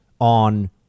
on